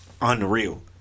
unreal